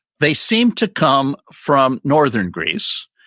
they seem to come from northern greece,